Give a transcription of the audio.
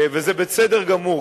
וזה בסדר גמור,